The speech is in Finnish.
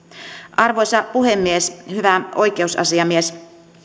arvoisa puhemies hyvä oikeusasiamies